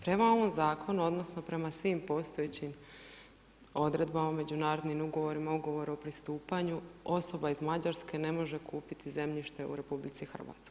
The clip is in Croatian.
Prema ovom zakonu, odnosno prema svim postojećim odredbama, međunarodnim ugovorima, ugovorima o pristupanju, osoba iz Mađarske ne može kupiti zemljište u RH.